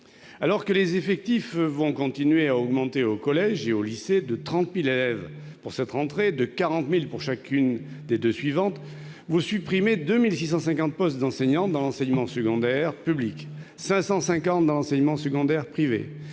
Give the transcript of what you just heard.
Alors que les effectifs vont continuer à augmenter au collège et au lycée, de 30 000 élèves pour cette rentrée et de 40 000 pour chacune des deux suivantes, vous supprimez 2 650 postes d'enseignant dans l'enseignement secondaire public, 550 dans l'enseignement secondaire privé,